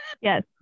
yes